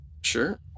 Sure